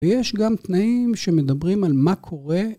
ויש גם תנאים שמדברים על מה קורה